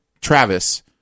Travis